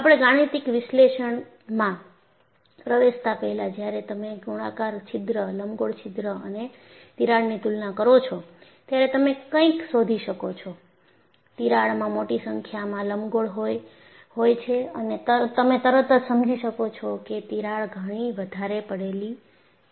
આપણે ગાણિતિક વિશ્લેષણમાં પ્રવેશતા પહેલા જ્યારે તમે ગોળાકાર છિદ્ર લંબગોળ છિદ્ર અને તિરાડની તુલના કરો છો ત્યારે તમે કંઇક શોધી શકો છો તિરાડમાં મોટી સંખ્યામાં લંબગોળ હોય છે અને તમે તરત જ સમજી શકો છો કે તિરાડ ઘણી વધારે પડેલી છે